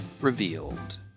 revealed